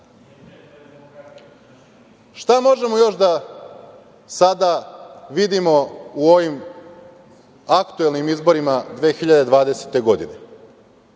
SNS.Šta možemo još da sada vidimo u ovim aktuelnim izborima 2020. godine?